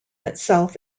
itself